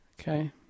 Okay